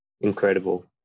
Incredible